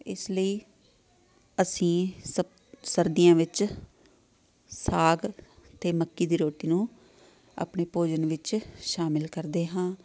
ਇਸ ਲਈ ਅਸੀਂ ਸਭ ਸਰਦੀਆਂ ਵਿੱਚ ਸਾਗ ਅਤੇ ਮੱਕੀ ਦੀ ਰੋਟੀ ਨੂੰ ਆਪਣੇ ਭੋਜਨ ਵਿੱਚ ਸ਼ਾਮਿਲ ਕਰਦੇ ਹਾਂ